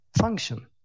function